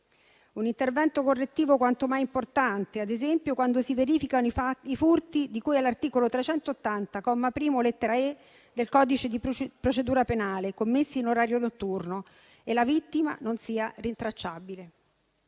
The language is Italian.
Un intervento correttivo quanto mai importante, ad esempio, quando si verificano i furti di cui all'articolo 380, comma primo, lettera *e)* del codice di procedura penale, commessi in orario notturno e la vittima non sia rintracciabile,